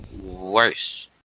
worse